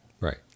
right